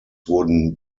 wurden